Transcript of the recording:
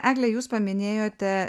egle jūs paminėjote